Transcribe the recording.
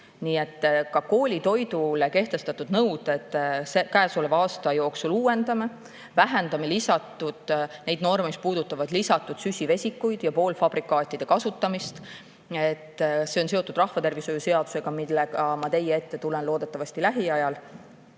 Koolitoidule kehtestatud nõudeid me käesoleva aasta jooksul uuendame, me vähendame neid norme, mis puudutavad lisatud süsivesikuid ja poolfabrikaatide kasutamist. See on seotud rahvatervishoiu seaduse [eelnõuga], millega ma teie ette tulen loodetavasti lähiajal.